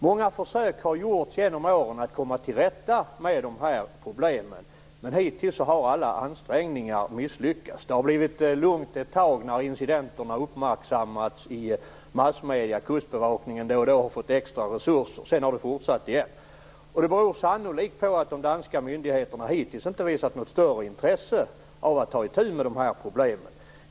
Många försök har gjorts genom åren att komma till rätta med de här problemen, men hittills har alla ansträngningar misslyckats. Det har blivit lugnt ett tag när incidenter har uppmärksammats i massmedier och Kustbevakningen har fått extra resurser, men sedan har det fortsatt igen. Detta beror sannolikt på att de danska myndigheterna hittills inte har visat något större intresse av att ta itu med de här problemen.